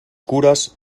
curas